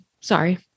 Sorry